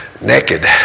naked